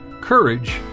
Courage